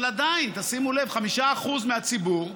אבל עדיין, תשימו לב, 5% מהציבור,